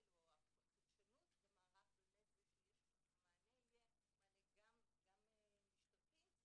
החדשנות במערך זה שהמענה יהיה מענה גם משטרתי אם צריך,